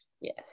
Yes